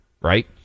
right